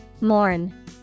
Mourn